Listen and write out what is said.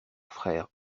frère